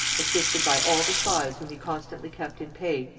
assisted by all the spies whom he constantly kept in pay,